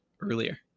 earlier